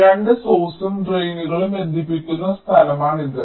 അതിനാൽ 2 സ്രോതസ്സും ഡ്രെയിനുകളും ബന്ധിപ്പിക്കുന്ന സ്ഥലമാണിത്